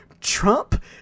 trump